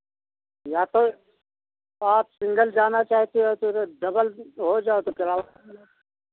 या तो आप सिंगल जाना चाहते हो फिर डबल हो जाओ तो किराया